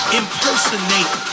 impersonate